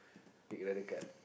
you got another card